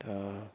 तां